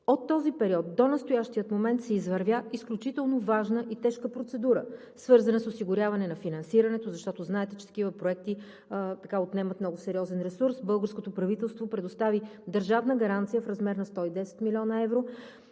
От този период до настоящия момент се извървя изключително важна и тежка процедура, свързана с осигуряване на финансирането, защото знаете, че такива проекти отнемат много сериозен ресурс. Българското правителство предостави държавна гаранция в размер на 110 млн. евро;